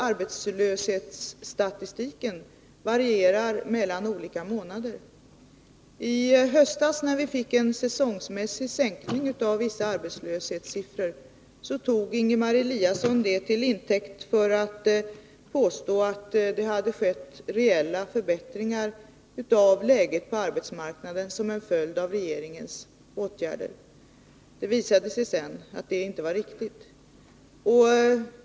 Arbetslöshetssiffrorna varierar ju mellan olika månader, och i höstas, när vi fick en säsongmässig sänkning av vissa arbetslöshetssiffror, tog Ingemar Eliasson det till intäkt för att påstå att det som en följd av regeringens åtgärder hade skett reella förbättringar av läget på arbetsmarknaden. Det visade sig sedan att det inte var med sanningen överensstämmande.